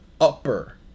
upper